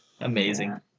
Amazing